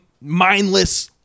mindless